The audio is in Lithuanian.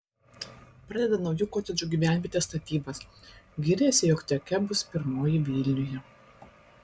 pradeda naujų kotedžų gyvenvietės statybas giriasi jog tokia bus pirmoji vilniuje